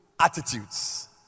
attitudes